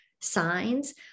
signs